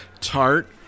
Tart